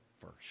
first